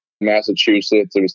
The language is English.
Massachusetts